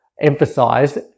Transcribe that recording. emphasized